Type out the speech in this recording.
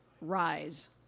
rise